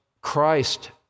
Christ